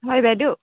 হয় বাইদ'